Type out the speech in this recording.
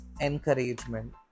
encouragement